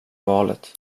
valet